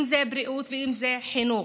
אם זה בריאות ואם זה חינוך.